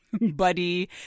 buddy